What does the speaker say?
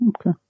Okay